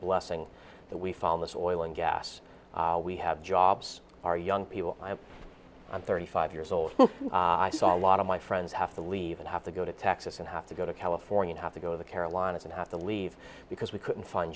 blessing that we found this oil and gas we have jobs our young people i'm thirty five years old i saw a lot of my friends have to leave and have to go to texas and have to go to california have to go to the carolinas and have to leave because we couldn't find